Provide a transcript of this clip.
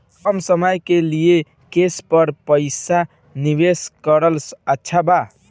कम समय के लिए केस पर पईसा निवेश करल अच्छा बा?